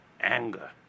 anger